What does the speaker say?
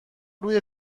روی